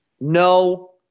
No